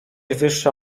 wyższa